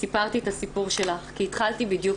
וסיפרתי את הסיפור שלך כי התחלתי בדיוק